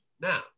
Now